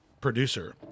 producer